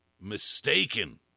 mistaken